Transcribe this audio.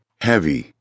Heavy